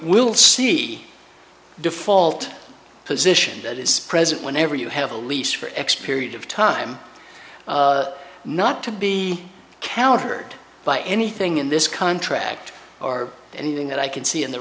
we'll see default position that is present whenever you have a lease for x period of time not to be countered by anything in this contract or anything that i can see in the